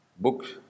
books